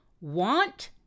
want